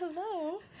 hello